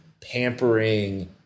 pampering